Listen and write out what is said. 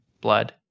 blood